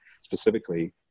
specifically